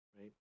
right